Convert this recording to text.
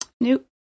Nope